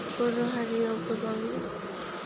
बर' हारियाव गोबां